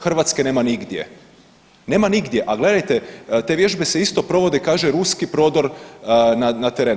Hrvatske nema nigdje, nema nigdje, a gledajte te vježbe se isto provode keže ruski prodor na teren.